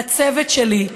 הצוות שלי,